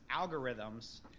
algorithms